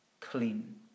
clean